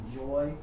joy